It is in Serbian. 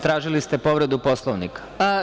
Tražili ste povredu Poslovnika.